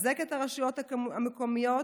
לחזק את הרשויות המקומיות